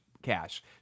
cash